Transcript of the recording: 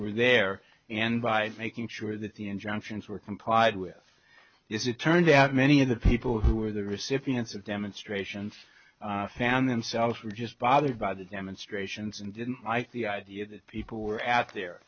were there and by making sure that the injunctions were complied with is it turns out many of the people who are the recipients of demonstrations found themselves were just bothered by the demonstrations and didn't like the idea that people were out there